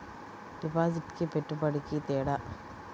డిపాజిట్కి పెట్టుబడికి తేడా?